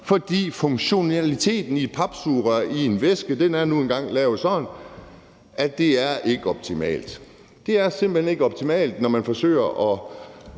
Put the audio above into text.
fordi funktionaliteten af et papsugerør i væske nu engang er sådan, at det ikke er optimalt. Det er simpelt hen ikke optimalt, når man forsøger at